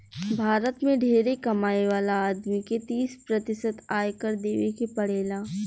भारत में ढेरे कमाए वाला आदमी के तीस प्रतिशत आयकर देवे के पड़ेला